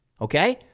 okay